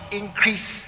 increase